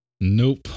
Nope